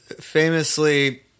Famously